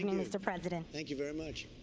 mr. president. thank you very much.